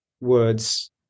words